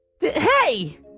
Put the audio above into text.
Hey